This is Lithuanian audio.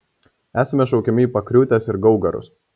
esame šaukiami į pakriūtes ir gaugarus